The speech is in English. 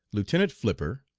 lieutenant flipper,